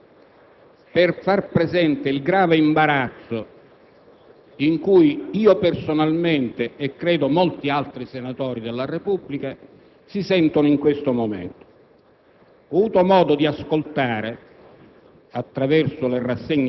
in sua assenza, al Sottosegretario per far presente il grave imbarazzo che io personalmente e credo molti altri senatori della Repubblica sentono in questo momento.